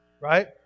Right